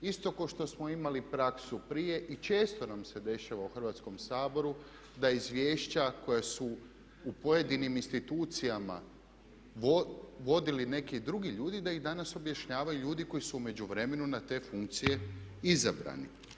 Isto kao što smo imali praksu prije i često nam se dešava u Hrvatskom saboru da izvješća koja su u pojedinim institucijama vodili neki drugi ljudi da ih danas objašnjavaju ljudi koji su u međuvremenu na te funkcije izabrani.